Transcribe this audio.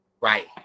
Right